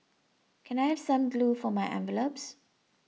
can I have some glue for my envelopes